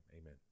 amen